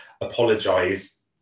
apologise